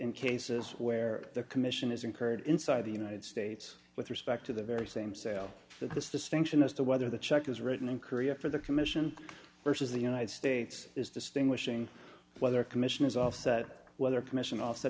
in cases where the commission is incurred inside the united states with respect to the very same sale that this distinction as to whether the check is written in korea for the commission versus the united states is distinguishing whether commission is offset whether commission off